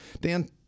Dan